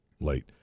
late